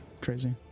Crazy